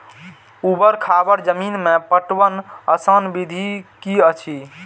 ऊवर खावर जमीन में पटवनक आसान विधि की अछि?